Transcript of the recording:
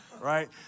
right